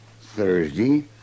Thursday